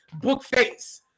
Bookface